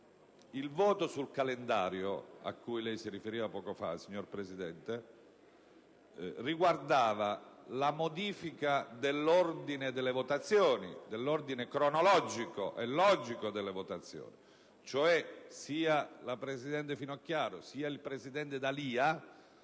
Il voto sul calendario, a cui lei si riferiva poco fa, signor Presidente, riguardava la modifica dell'ordine cronologico e logico delle votazioni: sia la presidente Finocchiaro, sia il presidente D'Alia